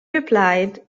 replied